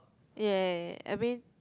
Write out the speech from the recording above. ya ya ya I mean